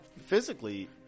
physically